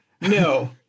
No